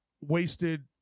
wasted